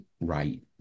right